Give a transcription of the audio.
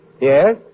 Yes